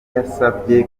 yasabye